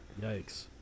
Yikes